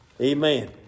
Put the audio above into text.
Amen